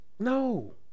no